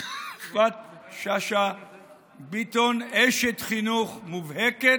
יפעת שאשא ביטון, אשת חינוך מובהקת,